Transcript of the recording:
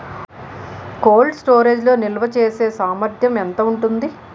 Cold storage లో నిల్వచేసేసామర్థ్యం ఎంత ఉంటుంది?